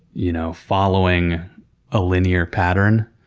you know following a linear pattern.